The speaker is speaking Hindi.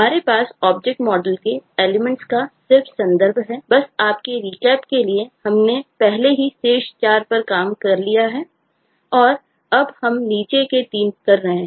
हमारे पास ऑब्जेक्ट मॉडल के लिए हमने पहले ही शीर्ष 4 पर काम कर लिया है और अब हम नीचे के 3 कर रहे हैं